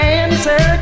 answer